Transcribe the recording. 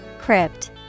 Crypt